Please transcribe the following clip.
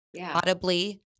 audibly